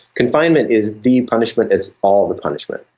confinement is the punishment, it's all the punishment.